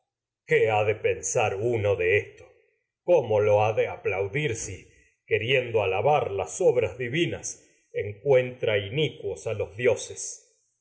qué ha de uno de esto cómo lo ha de aplaudir si queriendo alabar divinas encuentra las obras inicuos a los dioses